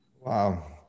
Wow